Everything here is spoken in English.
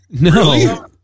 No